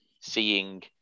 seeing